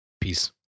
Peace